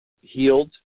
healed